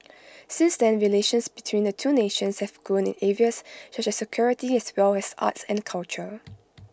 since then relations between the two nations have grown in areas such as security as well as arts and culture